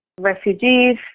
refugees